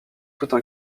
toutes